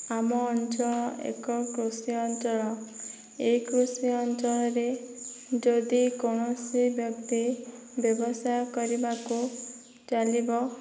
ଆମ ଅଞ୍ଚଳ ଏକ କୃଷି ଅଞ୍ଚଳ ଏଇ କୃଷି ଅଞ୍ଚଳରେ ଯଦି କୌଣସି ବ୍ୟକ୍ତି ବ୍ୟବସାୟ କରିବାକୁ ଚାଲିବ